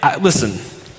Listen